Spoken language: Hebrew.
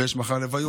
ויש מחר לוויות.